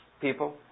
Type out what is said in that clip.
people